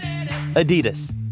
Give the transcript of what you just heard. Adidas